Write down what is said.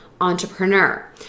entrepreneur